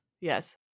Yes